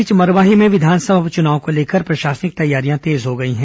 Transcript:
इस बीच मरवाही में विधानसभा उपचुनाव को लेकर प्रशासनिक तैयारियां तेज हो गई हैं